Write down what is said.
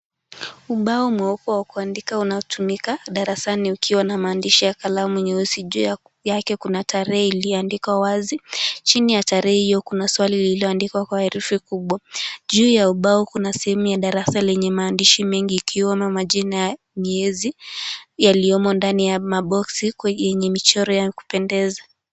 Ubao mweupe wa kuandika unaotumika darasani, ukiwa na maandishi ya kalamu nyeusi. Juu yake kuna tarehe iliyoandikwa wazi. Chini ya tarehe hiyo kuna swali liliandikwa kwa herufi kubwa. Juu ya ubao kuna sehemu ya darasa yenye maandishi mengi ikiwemo majina ya miezi, yaliyomo ndani ya maboksi yenye michoro ya kupendeza.